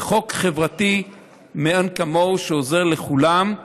זה חוק חברתי מאין כמוהו שעוזר לכולם.